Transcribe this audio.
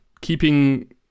keeping